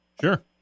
sure